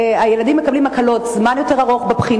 הילדים מקבלים הקלות: זמן רב יותר בבחינות,